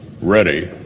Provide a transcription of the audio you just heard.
ready